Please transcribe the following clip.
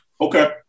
okay